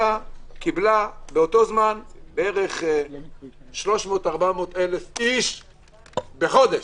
אלא קיבלה באותו זמן בערך 400,000-300,000 איש בחודש.